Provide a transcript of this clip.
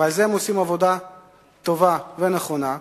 ובזה הם עושים עבודה טובה ונכונה.